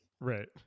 Right